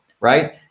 right